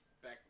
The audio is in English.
Back